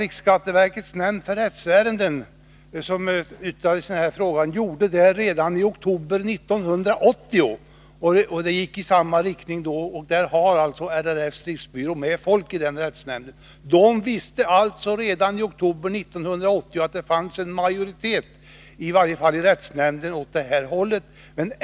Riksskatteverkets nämnd för rättsärenden yttrade sig i den här frågan redan i oktober 1980. Det yttrandet gick i samma riktning som regeringsrättens utslag senare. Och LRF:s driftsbyrå hade med folk i den rättsnämnden. De visste alltså redan i oktober 1980 att det fanns en majoritet i varje fall i rättshämnden åt det här hållet.